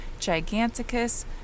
Giganticus